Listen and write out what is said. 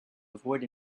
avoid